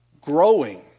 growing